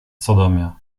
sodomia